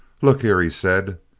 look here, he said,